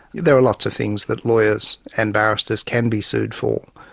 there are lots of things that lawyers and barristers can be sued for,